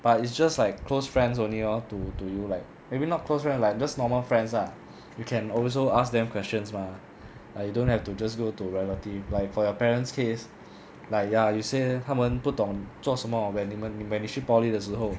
but it's just like close friends only lor to to you like maybe not close friend like just normal friends ah you can also ask them questions mah like you don't have to just go to relative like for your parents case like ya 有些他们不懂做什么 when 你们 when 你去 poly 的时候